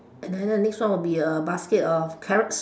and then the next one will be a basket of carrots